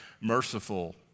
merciful